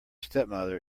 stepmother